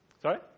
Sorry